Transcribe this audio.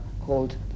called